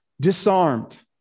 disarmed